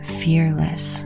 fearless